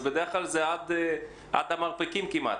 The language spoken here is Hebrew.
בדרך כלל זה עד הברכיים כמעט,